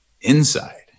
inside